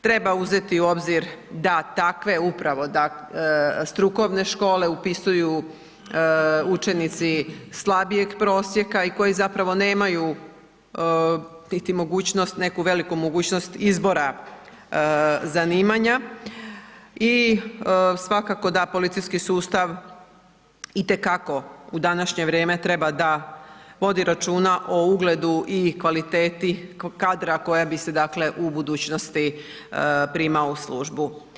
Treba uzeti u obzir da takve upravo strukovne škole upisuju učenici slabijeg prosjeka i koji zapravo nemaju niti mogućnost, neku veliku mogućnost izbora zanimanja i svakako da policijski sustav itekako u današnje vrijeme treba da vodi računa o ugledu i kvaliteti kadra koja bi se u budućnosti primao u službu.